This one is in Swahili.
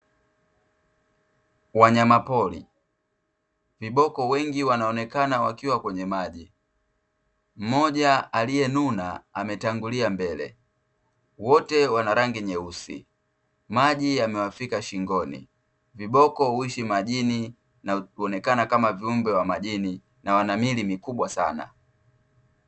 Wanyamapori. Viboko wengi wanaonekana wakiwa kwenye maji, mmoja aliyenuna ametangulia mbele, wote wana rangi nyeusi, maji yamewafika shingoni. Viboko huishi majini na kuonekana kama viumbe wa majini na wanamiili mikubwa sana.